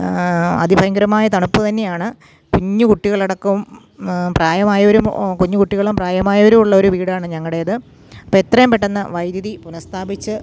അതിഭയങ്കരമായ തണുപ്പ് തന്നെയാണ് കുഞ്ഞു കുട്ടികളടക്കം പ്രായമായവരും കുഞ്ഞു കുട്ടികളും പ്രായമായരും ഉള്ളൊരു വീടാണ് ഞങ്ങളുടേത് അപ്പം എത്രയും പെട്ടെന്ന് വൈദ്യുതി പുനഃസ്ഥാപിച്ച്